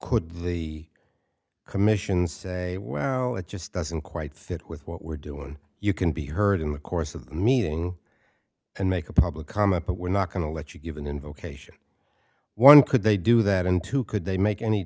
could the commissions say wow that just doesn't quite fit with what we're doing you can be heard in the course of the meeting and make a public comment but we're not going to let you give an invocation one could they do that and who could they make any